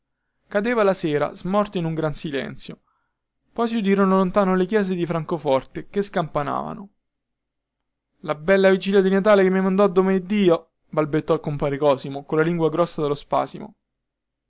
cadeva la sera smorta in un gran silenzio poi si udirono lontano le chiese di francofonte che scampanavano la bella vigilia di natale che mi mandò domeneddio balbettò compare cosimo colla lingua grossa dallo spasimo